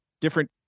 different